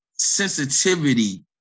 Sensitivity